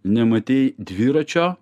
nematei dviračio